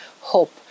hope